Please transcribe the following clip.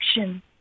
action